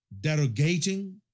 derogating